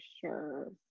sure